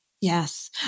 Yes